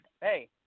hey